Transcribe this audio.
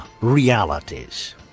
Realities